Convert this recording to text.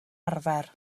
arfer